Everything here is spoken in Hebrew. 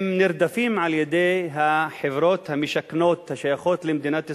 הם נרדפים על-ידי החברות המשכנות השייכות למדינת ישראל.